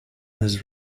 his